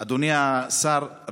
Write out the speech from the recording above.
אדוני השר,